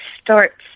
starts